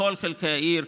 בכל חלקי העיר,